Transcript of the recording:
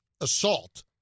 assault